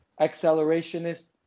accelerationist